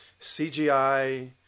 CGI